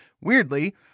weirdly